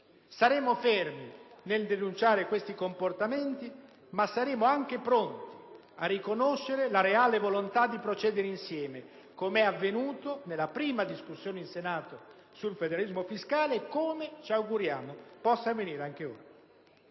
saremo fermi nel denunciare questi comportamenti ma saremo anche pronti a riconoscere la reale volontà di procedere insieme, come avvenuto nella prima discussione in Senato sul federalismo fiscale e come ci auguriamo che possa avvenire anche ora.